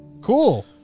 Cool